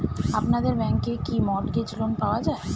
আপনাদের ব্যাংকে কি মর্টগেজ লোন পাওয়া যায়?